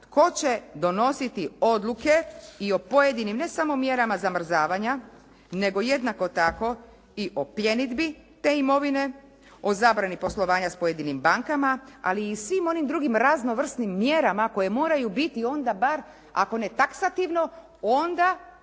tko će donositi odluke i o pojedinim ne samo mjerama zamrzavanja, nego jednako tako i o pljenidbi te imovine, o zabrani poslovanja s pojedinim bankama, ali i svim onim drugim raznovrsnim mjerama koje moraju biti onda bar ako ne taksativno, onda skupno